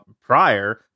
prior